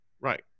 right